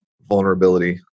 vulnerability